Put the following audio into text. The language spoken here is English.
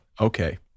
Okay